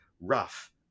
rough